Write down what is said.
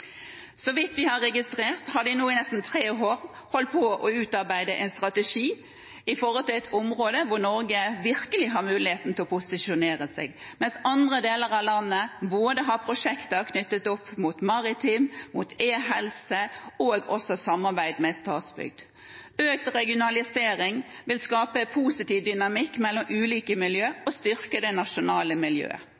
Så vidt vi har registrert, har de nå i nesten tre år holdt på med å utarbeide en strategi for et område hvor Norge virkelig har mulighet til posisjonere seg, mens andre deler av landet har både prosjekter knyttet opp mot maritim sektor og mot e-helse, og samarbeid med Statsbygg. Økt regionalisering vil skape positiv dynamikk mellom ulike miljø